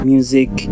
Music